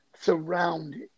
surrounded